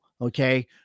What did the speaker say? Okay